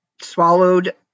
Swallowed